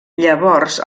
llavors